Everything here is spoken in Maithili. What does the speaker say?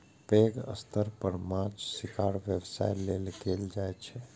पैघ स्तर पर माछक शिकार व्यवसाय लेल कैल जाइ छै